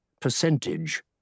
percentage